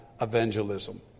evangelism